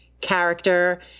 character